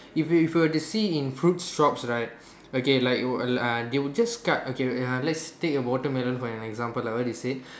if if you were to see in fruit shops right okay like okay like uh they will just cut okay wait uh let's take a watermelon for an example like what you say